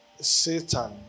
Satan